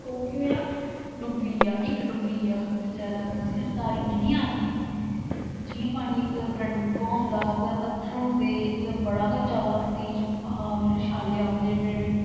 ओह् केह् होआ डुब्बी गेआ इक डुब्बी गेआ बचैरा जिसी तारी नेईं ही आंदी जियां पानी कुतै बड़ा डूंहगा होंदा कुतै पत्थर होंदे कुतै बड़ा गै ज्यादा ते्ज ब्हाव छल्ले होंदे एड्डे एड्डे